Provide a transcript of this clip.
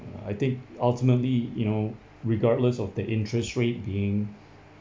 uh I think ultimately you know regardless of the interest rate being